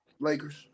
Lakers